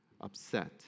upset